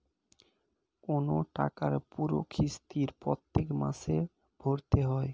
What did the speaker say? কোন টাকার পুরো কিস্তি প্রত্যেক মাসে ভরতে হয়